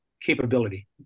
capability